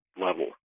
level